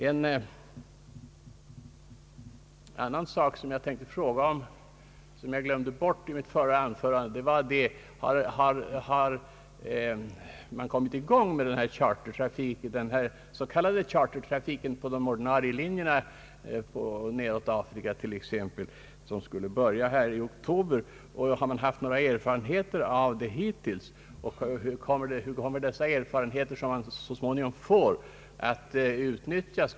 En annan sak som jag tänkte beröra men som jag glömde bort i mitt förra anförande är denna: Har man kommit i gång med den här s.k. chartertrafiken på de ordinarie linjerna, t.ex. till Afrika, som skulle börja i oktober? Har man i så fall gjort några erfarenheter och hur kommer de erfarenheter som man så småningom får att utnyttjas?